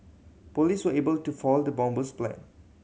police were able to foil the bomber's plan